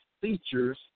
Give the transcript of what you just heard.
features